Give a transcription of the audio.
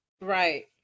Right